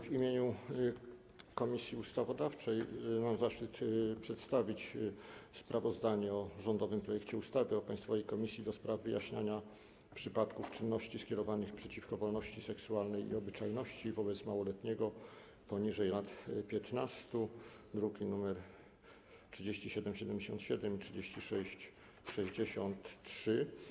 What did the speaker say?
W imieniu Komisji Ustawodawczej mam zaszczyt przedstawić sprawozdanie o rządowym projekcie ustawy o Państwowej Komisji do spraw wyjaśniania przypadków czynności skierowanych przeciwko wolności seksualnej i obyczajności wobec małoletniego poniżej lat 15, druki nr 3777 i 3663.